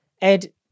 Ed